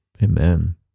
Amen